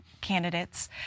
candidates